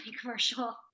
commercial